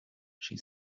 she